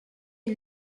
une